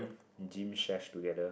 gym together